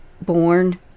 born